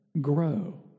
grow